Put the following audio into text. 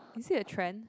is it a trend